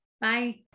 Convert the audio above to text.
Bye